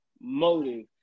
motive